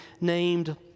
named